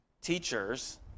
Teachers